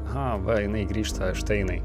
aha va jinai grįžta štai jinai